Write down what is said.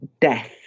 death